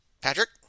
Patrick